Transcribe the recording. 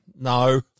No